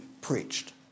preached